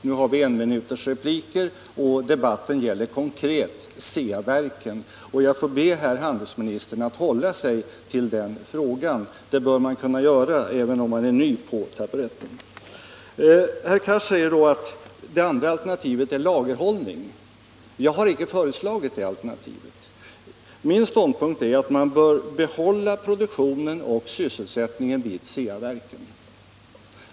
Nu har vi enminutsrepliker, och debatten gäller konkret Ceaverken. Jag får be herr handelsministern att hålla sig till den frågan. Det bör man kunna göra, även om man är ny på taburetten. Herr Cars sade att det andra alternativet är lagerhållning. Jag har icke föreslagit det alternativet. Min ståndpunkt är att man bör behålla produktionen och sysselsättningen vid Ceaverken.